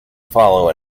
follow